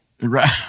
Right